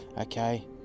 okay